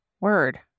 word